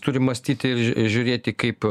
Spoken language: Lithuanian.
turi mąstyti ir žiū žiūrėti kaip